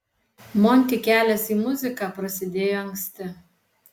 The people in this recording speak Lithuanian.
monty kelias į muziką prasidėjo anksti